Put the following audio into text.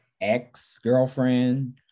ex-girlfriend